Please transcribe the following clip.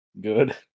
Good